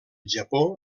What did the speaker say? japó